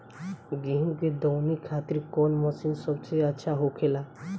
गेहु के दऊनी खातिर कौन मशीन सबसे अच्छा होखेला?